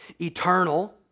eternal